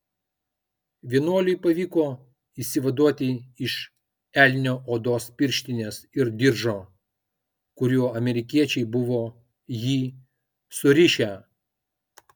vienuoliui pavyko išsivaduoti iš elnio odos pirštinės ir diržo kuriuo amerikiečiai buvo jį surišę